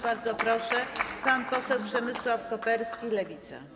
Bardzo proszę, pan poseł Przemysław Koperski, Lewica.